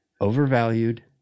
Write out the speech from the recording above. overvalued